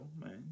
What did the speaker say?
man